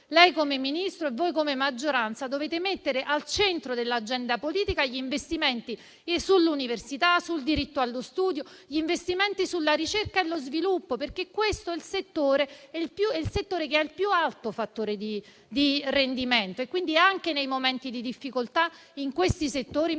Lei, come Ministro e voi, come maggioranza, dovete mettere al centro dell'agenda politica gli investimenti e sull'università, sul diritto allo studio, sulla ricerca e lo sviluppo. È infatti questo il settore che ha il più alto fattore di rendimento. Anche nei momenti di difficoltà in questi settori,